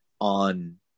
on